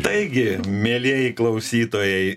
taigi mielieji klausytojai